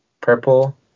purple